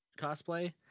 cosplay